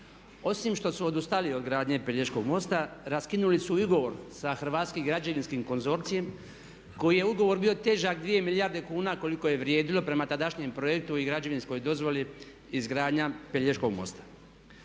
Osim što su odustali od gradnje Pelješkog mosta, raskinuli su i ugovor sa hrvatskim građevinskim konzorcijem koji je ugovor bio težak 2 milijarde kuna koliko je vrijedilo prema projektu i građevinskoj dozvoli izgradnja Pelješkog mosta.